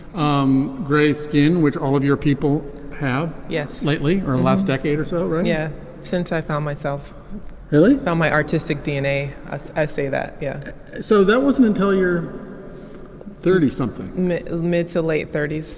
um gray skin which all of your people have. yes. lately or last decade or so yeah since i found myself really bad my artistic dna i say that yeah so that wasn't until you're thirty something mid mid to late thirty s.